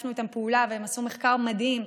ששיתפנו איתם פעולה והם עשו מחקר מדהים,